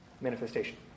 manifestation